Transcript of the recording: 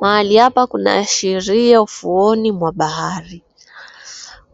Mahali hapa kunaashiria ufuoni mwa bahari.